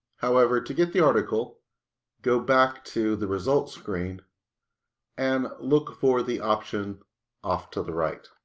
however, to get the article go back to the results screen and look for the option off to the right.